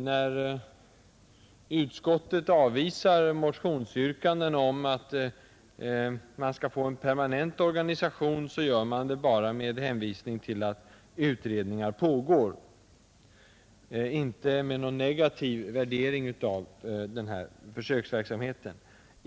När utskottet avvisar motionsyrkanden om att man skall få en permanent organisation gör man det bara med hänvisning till att utredningar pågår — inte med någon negativ värdering av denna försöksverksamhet.